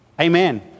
Amen